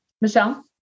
Michelle